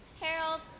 Harold